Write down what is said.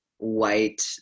white